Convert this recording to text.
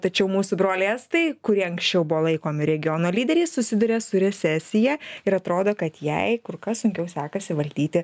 tačiau mūsų broliai estai kurie anksčiau buvo laikomi regiono lyderiais susiduria su recesija ir atrodo kad jai kur kas sunkiau sekasi valdyti